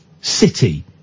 city